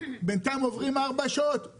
בינתיים עוברות ארבע שעות,